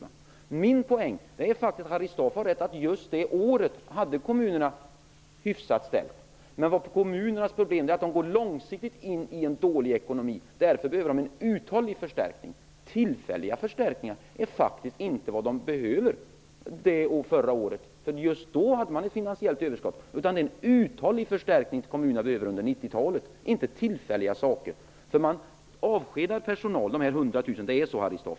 Harry Staaf har rätt i att kommunerna just det året hade det hyfsat ställt. Men de går långsiktigt in i en dålig ekonomi. Därför behöver de en uthållig förstärkning. Tillfälliga förstärkningar är faktiskt inte vad kommunerna behöver, utan en uthållig förstärkning under 90-talet. Kommunerna har avskedat 100 000 personer.